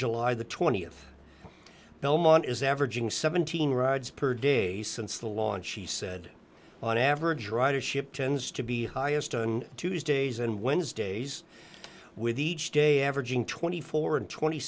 july the th belmont is averaging seventeen rides per day since the launch she said on average ridership tends to be highest on tuesdays and wednesdays with each day averaging twenty four and twenty